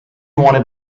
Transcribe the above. wanted